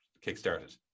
kick-started